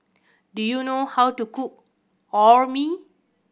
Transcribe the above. do you know how to cook Orh Nee